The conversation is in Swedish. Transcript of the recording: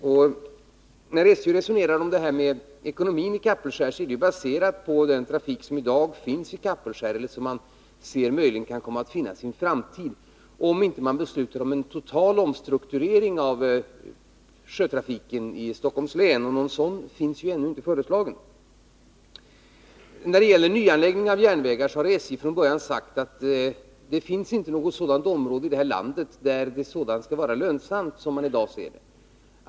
SJ:s resonemang om ekonomin när det gäller Kapellskär är baserat på den trafik som i dag finns där och på den som kan tänkas finnas i en framtid, om man inte beslutar genomföra en total omstrukturering av sjötrafiken i Stockholms län, och någon sådan är ännu inte föreslagen. I fråga om nyanläggning av järnvägar har SJ från början sagt att det efter vad man i dag kan bedöma inte finns något område i det här landet där en sådan skulle vara lönsam.